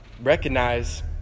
recognize